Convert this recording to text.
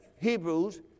Hebrews